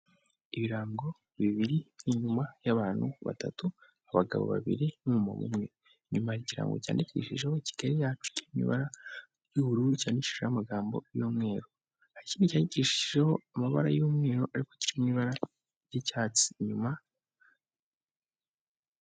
Ibirango bibiri inyuma y'abantu batatu, abagabo babiri n'umuntu umwe. Inyuma hari ikirango cyanyandikishijeho Kigali yacu kiri mu ibara ry'ubururu cyanishijeho amagambo y'umweru; hari ikindi cyandikishijeho amabara y'umweru ariko kiri mu ibara ry'icyatsi. Inyuma